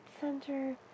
center